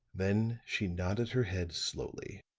then she nodded her head slowly,